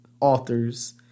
authors